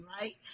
right